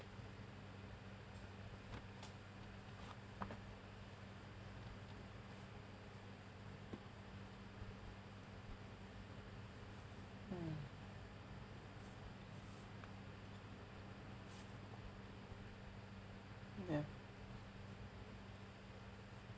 mm yeah